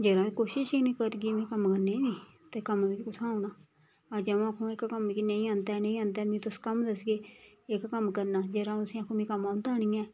जेकर अस कोशिश नी करगे में कम्म करने दी ते कम्म मिगी कुत्थुआं औना अज्ज आ'ऊं आखनी एहका कम्म मिगी नेईं औंदा ऐ नेईं आंदा मिगी तुस कम्म दसगे एह्का कम्म करना जेकर आ'ऊं उसी आखङ मिगी कम्म औंदा नी ऐ